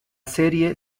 serie